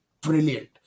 brilliant